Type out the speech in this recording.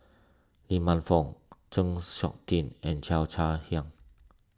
Lee Man Fong Chng Seok Tin and Cheo Chai Hiang